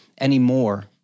anymore